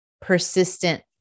persistent